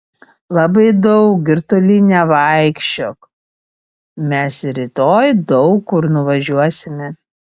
labai daug ir toli nevaikščiok mes rytoj daug kur nuvažiuosime